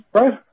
right